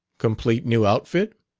complete new outfit?